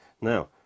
Now